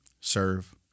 serve